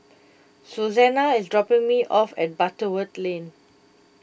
Suzanna is dropping me off at Butterworth Lane